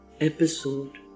episode